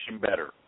better